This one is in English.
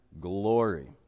glory